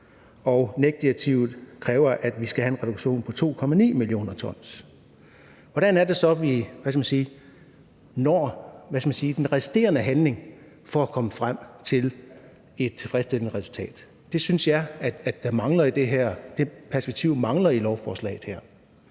og NEC-direktivet kræver, at vi skal have en reduktion på 2,9 mio. t. Hvordan er det så, at vi, hvad kan man sige, når den resterende handling for at komme frem til et tilfredsstillende resultat? Det synes jeg mangler i det her. Det perspektiv mangler i lovforslaget her.